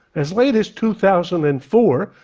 as late as two thousand and four,